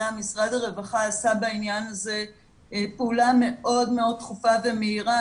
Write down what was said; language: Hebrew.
משרד הרווחה עשה בעניין הזה פעולה מאוד מאוד דחופה ומהירה.